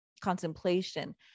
contemplation